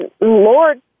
Lord